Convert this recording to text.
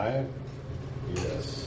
Yes